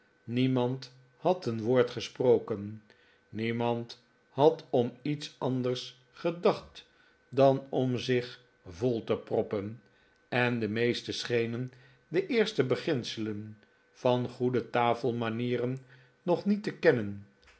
niemand had een woord gesproken niemand had om iets anders gedacht dan om zich vol te proppen en de meesten schenen de eerste beginselen van goede tafelmanieren nog niet te kennen